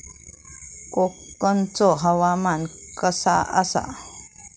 कोकनचो हवामान कसा आसा?